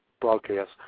broadcast